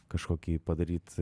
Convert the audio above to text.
kažkokį padaryt